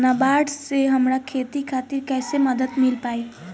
नाबार्ड से हमरा खेती खातिर कैसे मदद मिल पायी?